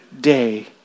day